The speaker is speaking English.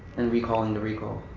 and recalling the recall.